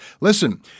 Listen